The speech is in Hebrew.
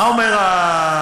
מה אומר השר?